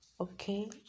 Okay